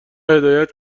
هدایت